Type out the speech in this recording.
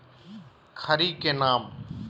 खड़ी के नाम?